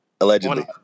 allegedly